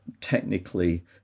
technically